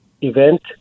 event